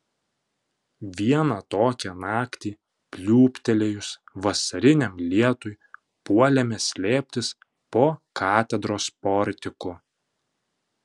vieną tokią naktį pliūptelėjus vasariniam lietui puolėme slėptis po katedros portiku